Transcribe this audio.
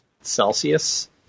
celsius